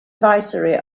viceroy